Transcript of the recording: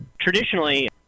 traditionally